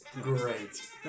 great